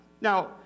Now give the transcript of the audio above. Now